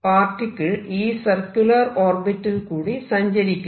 particle ഈ circular ഓർബിറ്റലിൽ കൂടി സഞ്ചരിക്കുന്നു